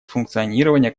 функционирования